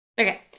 Okay